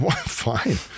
Fine